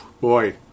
Boy